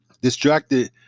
distracted